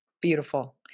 Beautiful